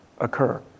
occur